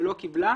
ולא קיבלה.